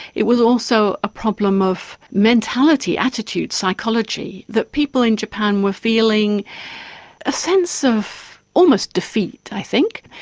it was also a problem of mentality, attitude, psychology, that people in japan were feeling a sense of almost defeat i think.